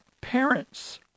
parents